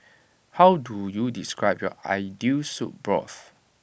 how do you describe your ideal soup broth